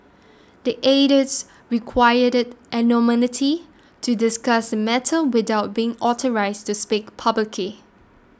the aides requested anonymity to discuss the matter without be authorised to speak publicly